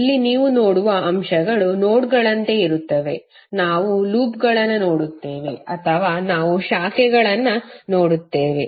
ಇಲ್ಲಿ ನೀವು ನೋಡುವ ಅಂಶಗಳು ನೋಡ್ಗಳಂತೆ ಇರುತ್ತವೆ ನಾವು ಲೂಪ್ಗಳನ್ನು ನೋಡುತ್ತೇವೆ ಅಥವಾ ನಾವು ಶಾಖೆಗಳನ್ನು ನೋಡುತ್ತೇವೆ